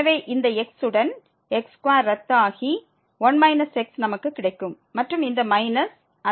எனவே இந்த x உடன் x2 ரத்து ஆகி 1 x நமக்கு கிடைக்கும் மற்றும் இந்த மைனஸ் பிளஸ் ஆகும்